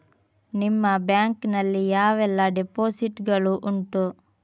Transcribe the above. ನಿಮ್ಮ ಬ್ಯಾಂಕ್ ನಲ್ಲಿ ಯಾವೆಲ್ಲ ಡೆಪೋಸಿಟ್ ಗಳು ಉಂಟು?